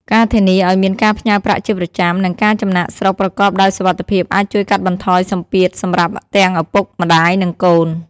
ការធានាឱ្យមានការផ្ញើប្រាក់ជាប្រចាំ និងការចំណាកស្រុកប្រកបដោយសុវត្ថិភាពអាចជួយកាត់បន្ថយសម្ពាធសម្រាប់ទាំងឪពុកម្តាយនិងកូន។